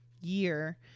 year